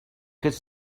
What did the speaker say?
could